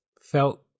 felt